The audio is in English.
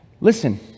listen